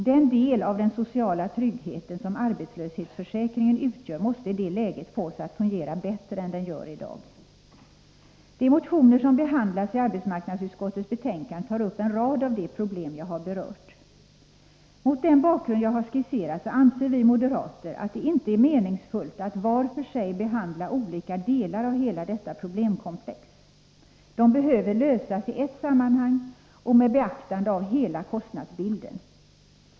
Den del av den sociala tryggheten som arbetslöshetsförsäkringen utgör måste i det läget fås att fungera bättre än den gör i dag. I de motioner som behandlas i arbetsmarknadsutskottets betänkande tas det upp en rad av de problem som jag har berört. Mot den bakgrund som jag har skisserat anser vi moderater att det inte är meningsfullt att var för sig behandla olika delar av hela detta problemkomplex. De behöver lösas i ett sammanhang och med beaktande av hela kostnadsbilden.